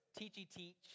teachy-teach